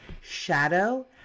shadow